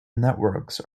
networks